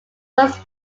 most